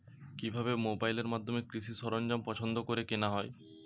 কিভাবে মোবাইলের মাধ্যমে কৃষি সরঞ্জাম পছন্দ করে কেনা হয়?